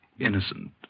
innocent